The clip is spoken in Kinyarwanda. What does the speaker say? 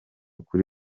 kuri